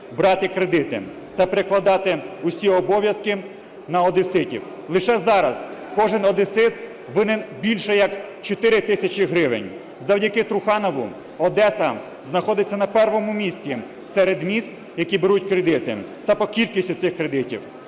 брати кредити та перекладати усі обов'язки на одеситів. Лише зараз кожен одесит винен більше як 4 тисячі гривень. Завдяки Труханову Одеса знаходиться на першому місті серед міст, які беруть кредити та по кількості цих кредитів.